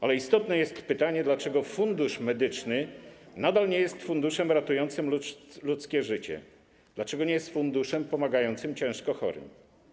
Ale istotne jest pytanie, dlaczego Fundusz Medyczny nadal nie jest funduszem ratującym ludzkie życie, dlaczego nie jest funduszem pomagającym ciężko chorym.